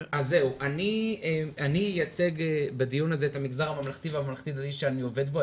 אני אייצג בדיון הזה את המגזר הממלכתי והממלכתי דתי שאני עובד בו,